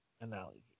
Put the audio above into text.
analogy